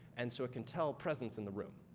and so, it can tell presence in the room,